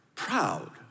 proud